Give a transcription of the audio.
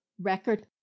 Record